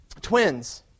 Twins